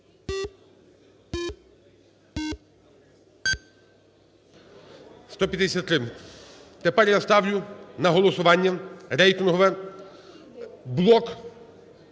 За-153 Тепер я ставлю на голосування рейтингове блок